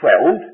twelve